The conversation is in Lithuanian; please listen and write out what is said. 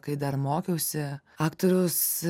kai dar mokiausi aktorius